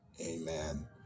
amen